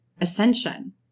ascension